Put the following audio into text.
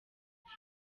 ibyo